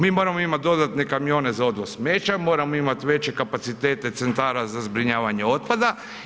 Mi moramo imati dodatne kamione za odvoz smeća, moramo imati veće kapacitete centara za zbrinjavanje otpada.